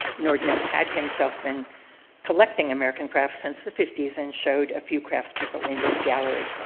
nordness had himself been collecting american crafts since the fifty s, and showed a few crafts people in his gallery.